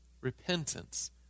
repentance